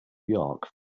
york